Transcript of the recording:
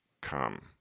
come